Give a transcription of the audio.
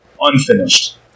unfinished